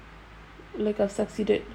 lack of succeeded ah